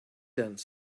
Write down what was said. done